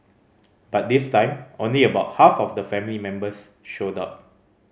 but this time only about half of the family members showed up